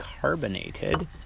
carbonated